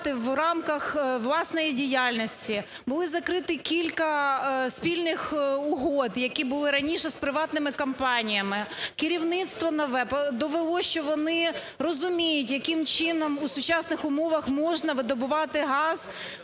оперувати в рамках власної діяльності. Були закриті кілька спільних угод, які були раніше з приватними компаніями. Керівництво нове довело, що вони розуміють, яким чином у сучасних умовах можна видобувати газ